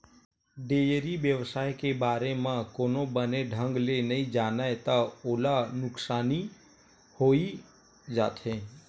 dairy बेवसाय के बारे म कोनो बने ढंग ले नइ जानय त ओला नुकसानी होइ जाथे